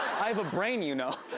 have a brain, you know.